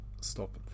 stop